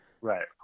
right